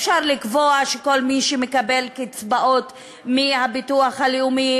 אפשר לקבוע שכל מי שמקבל קצבאות מהביטוח הלאומי,